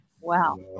Wow